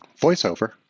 VoiceOver